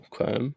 Okay